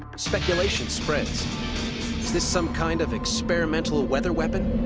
speculation spreads. is this some kind of experimental weather weapon?